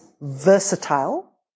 versatile